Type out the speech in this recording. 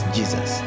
Jesus